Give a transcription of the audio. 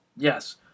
Yes